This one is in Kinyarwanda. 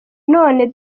none